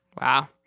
wow